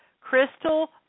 Crystal